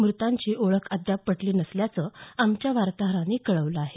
मृतांची ओळख अद्याप पटली नसल्याचंही आमच्या वार्ताहरानं कळवलं आहे